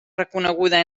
reconeguda